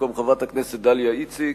במקום חברת הכנסת דליה איציק,